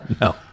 No